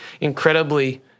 incredibly